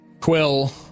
Quill